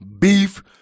beef